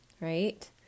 right